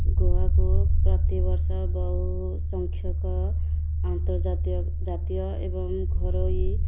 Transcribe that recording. ଗୋଆକୁ ପ୍ରତିବର୍ଷ ବହୁ ସଂଖ୍ୟକ ଆନ୍ତର୍ଜାତୀୟ ଜାତୀୟ ଏବଂ ଘରୋଇ